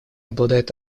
обладает